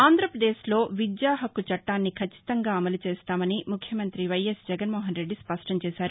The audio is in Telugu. ఆంధ్రప్రదేశ్లో విద్యాహక్కుచట్టాన్ని కచ్చితంగా అమలు చేస్తామని ముఖ్యమంత్రి వైఎస్ జగన్మోహన్రెద్ది స్పష్టం చేశారు